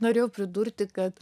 norėjau pridurti kad